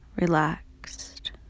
relaxed